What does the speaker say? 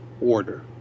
order